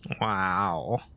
Wow